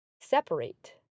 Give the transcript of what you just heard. Separate